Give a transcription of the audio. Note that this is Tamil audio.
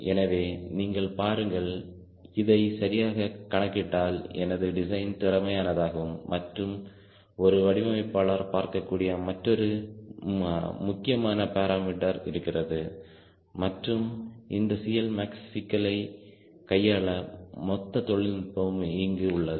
எனவேநீங்கள் பாருங்கள் நான் இதை சரியாகக் கணக்கிட்டால் எனது டிசைன் திறமையானதாகும் மற்றும் ஒரு வடிவமைப்பாளர் பார்க்கக்கூடிய முக்கியமான பாராமீட்டர் இருக்கிறது மற்றும் இந்த CLmax சிக்கலை கையாள மொத்த தொழில்நுட்பமும் இங்கு உள்ளது